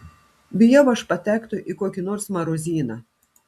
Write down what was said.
bijau aš patekto į kokį nors marozyną